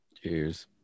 Cheers